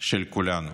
של כולנו.